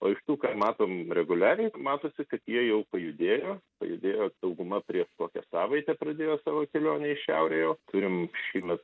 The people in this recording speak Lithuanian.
o iš tų ką matom reguliariai matosi kad jie jau pajudėjo pajudėjo dauguma prieš kokią savaitę pradėjo savo kelionės į šiaurę turim šįmet